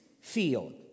field